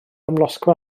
amlosgfa